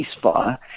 ceasefire